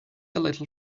little